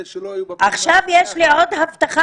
יש לי עוד הבטחה.